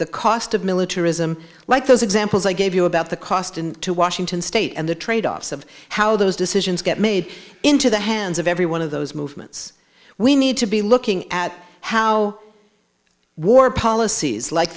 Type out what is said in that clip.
the cost of militarism like those examples i gave you about the cost to washington state and the trade offs of how those decisions get made into the hands of every one of those movements we need to be looking at how war policies like